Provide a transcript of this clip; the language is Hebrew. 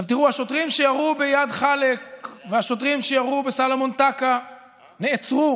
השוטרים שירו באיאד אלחלאק והשוטרים שירו בסלומון טקה נעצרו